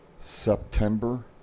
September